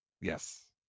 yes